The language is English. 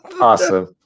Awesome